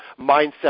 mindset